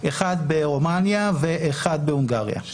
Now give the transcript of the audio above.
אחד ברומניה ואחד בהונגריה,